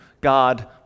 God